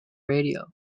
radio